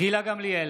גילה גמליאל,